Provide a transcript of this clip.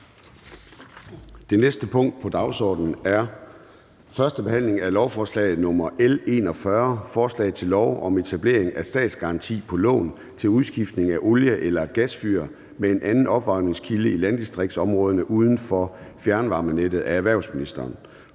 Det næste punkt på dagsordenen er: 5) 1. behandling af lovforslag nr. L 41: Forslag til lov om etablering af statsgaranti på lån til udskiftning af olie- eller gasfyr med en anden opvarmningskilde i landdistriktsområder uden for fjernvarmenettet. Af erhvervsministeren